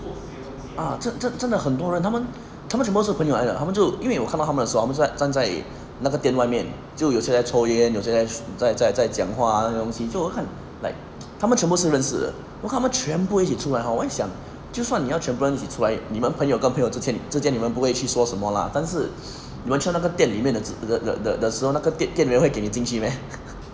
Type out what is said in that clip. ah 这这真的很多人他们他们全部都是朋友来的他们就因为我看到他们的时候他们站在那个店外面就有些在抽烟有些再再再讲话那些东西做我看 like 他们全部是认识的我看他们全部一起出来 hor 我在想就算你要全部人一起醋来你们朋友跟朋友之间之前你们不会去说什么 lah 但是你们去到那个店里面的的的的时候那个店